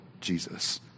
Jesus